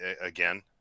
again